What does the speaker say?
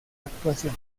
actuación